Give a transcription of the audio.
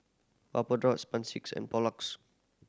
Vapodrops and Pulex